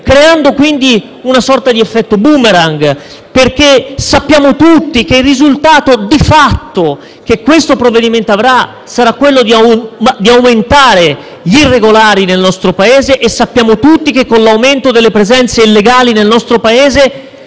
creando quindi una sorta di effetto *boomerang*. Sappiamo tutti che il risultato che di fatto avrà il provvedimento sarà quello di aumentare gli irregolari nel nostro Paese e sappiamo tutti che, con l'aumento delle presenze illegali nel nostro Paese,